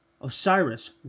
Osiris